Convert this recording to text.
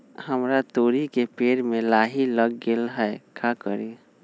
हमरा तोरी के पेड़ में लाही लग गेल है का करी?